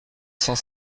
cent